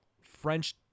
French